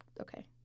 okay